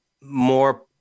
more